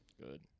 Good